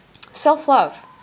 self-love